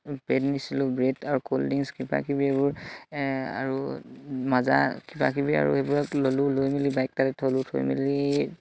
bread নিছিলোঁ bread আৰু cold drinks কিবা কিবি এইবোৰ আৰু মাজা কিবাকিবি আৰু সেইবোৰ ল'লোঁ লৈ মেলি বাইক তাতে থলোঁ থৈ মেলি